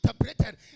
interpreted